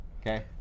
Okay